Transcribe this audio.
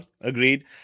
Agreed